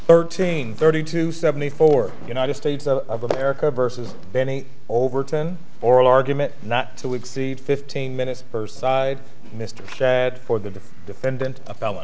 thirteen thirty two seventy four united states of america versus benny overton oral argument not so we'd see fifteen minutes or side mr that or the defendant about